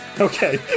Okay